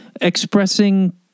expressing